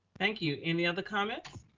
thank you. any other comments?